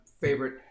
favorite